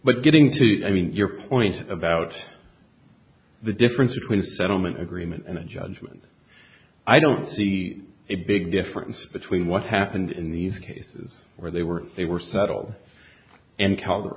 but getting to i mean your point about the difference between a settlement agreement and a judgment i don't see a big difference between what happened in these cases where they were they were settled and cal